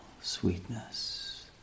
sweetness